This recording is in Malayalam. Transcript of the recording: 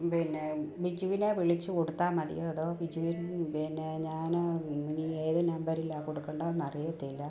പിന്നെ ബിജുവിനെ വിളിച്ചു കൊടുത്താൽ മതിയോ അതോ ബിജുവിന് പിന്നെ ഞാൻ ഏത് നമ്പരിലാണ് കൊടുക്കേണ്ടതെന്ന് അറിയത്തില്ല